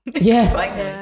yes